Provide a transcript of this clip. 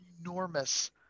enormous